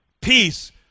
peace